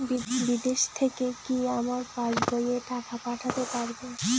বিদেশ থেকে কি আমার পাশবইয়ে টাকা পাঠাতে পারবে?